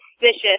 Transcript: suspicious